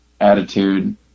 attitude